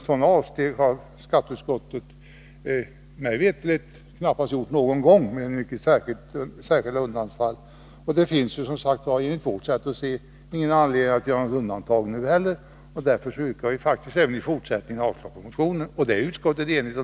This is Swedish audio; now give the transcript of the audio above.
Skatteutskottet har mig veterligt inte gjort några avsteg från reglerna annat än möjligen i något mycket särskilt undantagsfall. Det finns enligt vårt sätt att se ingen anledning att göra ett undantag nu heller. Därför yrkar vi även denna gång avslag på motionen. Det är utskottet enigt om.